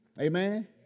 Amen